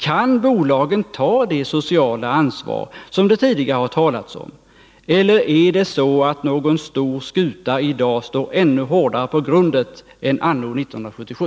Kan bolagen ta det sociala ansvar som det tidigare har talats om, eller är det så att någon stor skuta i dag står ännu hårdare på grundet än anno 1977?